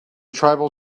tribal